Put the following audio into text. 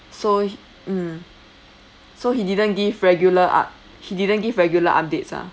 so mm so he didn't give regular up~ he didn't give regular updates ah